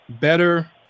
better